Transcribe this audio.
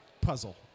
puzzle